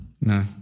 No